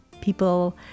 People